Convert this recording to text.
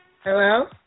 Hello